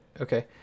Okay